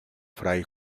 fray